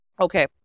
Okay